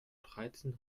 dreizehn